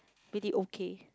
really okay